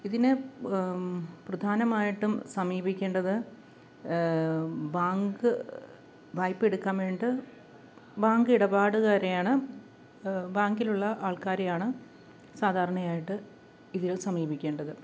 ഇതിന് പ്രധാനമായിട്ടും സമീപിക്കേണ്ടത് ബാങ്ക് വായ്പ എടുക്കാൻ വേണ്ടിയിട്ട് ബാങ്ക് ഇടപാടുകാരെയാണ് ബാങ്കിലുള്ള ആൾക്കാരെയാണ് സാധാരണയായിട്ട് ഇതിന് സമീപിക്കേണ്ടത്